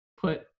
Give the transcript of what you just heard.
put